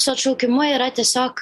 su atšaukimu yra tiesiog